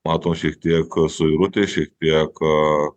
matom šiek tiek suirutės šiek tiek